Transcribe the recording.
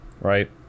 right